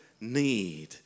need